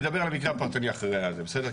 נדבר על המקרה הפרטני אחרי הישיבה בסדר?